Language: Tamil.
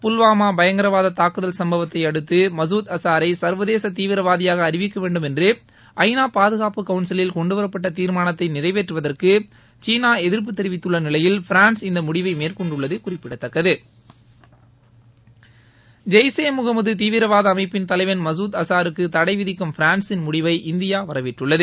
புல்வாமா பயங்கரவாத தூக்குதல் சும்பவத்தை அடுத்து மசூத் அசாரை சர்வதேச தீவிரவாதியாக அறிவிக்க வேண்டும் என்று ஐ நா பாதுகாப்பு கவுன்சிலில் கொண்டுவரப்பட்ட தீர்மானத்தை நிறைவேற்றுவதற்கு சீனா எதிர்ப்பு தெரிவித்துள்ள நிலையில் பிரான்ஸ் இந்த முடிவை மேற்கொண்டுள்ளது குறிப்பிடதத்கது ஜெய்ஷ் ஈ முஹமது தீவிரவாத அமைப்பின் தலைவன் மசூத் அசாருக்கு தடை விதிக்கும் பிரான்சின் முடிவை இந்தியா வரவேற்றுள்ளது